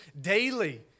daily